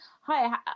hi